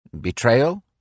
Betrayal